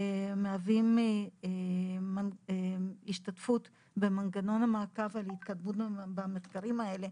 ומהווים השתתפות במנגנון המעקב על התקדמות במחקרים האלה,